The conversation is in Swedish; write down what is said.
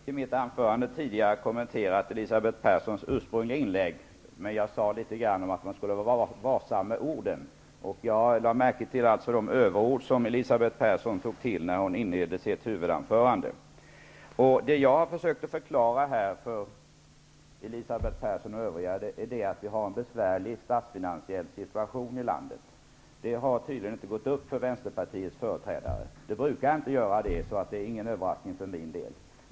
Fru talman! Jag tänkte i mitt tidigare anförande kommentera Elisabeth Perssons ursprungliga inlägg, men jag sade litet grand om att man skall vara varsam med orden. Jag lade märke till de överord som Elisabeth Persson tog till när hon inledde sitt huvudanförande. Jag har försökt förklara för Elisabeth Persson och de övriga debattörerna att vi har en besvärlig statsfinasiell situation i landet. Det har tydligen inte gått upp för Vänsterpartiets företrädare. Det brukar inte göra det, så det är ingen överraskning för mig.